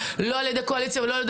לא על ידי הקואליציה ולא על ידי